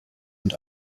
und